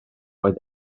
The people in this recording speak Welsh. oedd